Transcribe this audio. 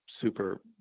super